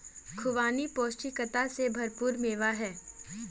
खुबानी पौष्टिकता से भरपूर मेवा है